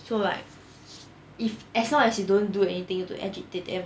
so like if as long as you don't do anything to agitate them